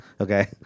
okay